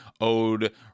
owed